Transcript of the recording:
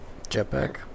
jetpack